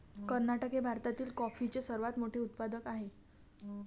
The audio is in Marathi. कर्नाटक हे भारतातील कॉफीचे सर्वात मोठे उत्पादक आहे